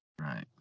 Right